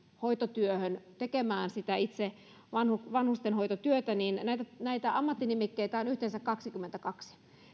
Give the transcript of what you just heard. hoitotyöhön tekemään sitä itse vanhustenhoitotyötä ja näitä ammattinimikkeitä on yhteensä kaksikymmentäkaksi